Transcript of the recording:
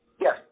Yes